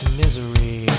misery